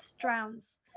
drowns